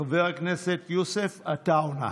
חבר הכנסת יוסף עטאונה,